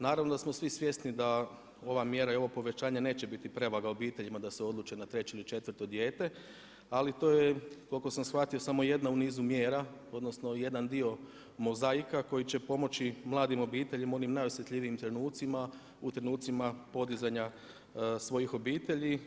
Naravno da smo svi svjesni da ova mjera i ovo povećanje neće biti prevaga obiteljima da se odluče na 3 ili 4 dijete, ali to je koliko sam shvatio, samo jedna u nisu mjera, odnosno, jedan dio mozaika, koji će pomoći mladim obiteljima u onim najosjetljivijim trenucima, u trenucima podizanja svojih obitelji.